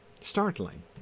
startling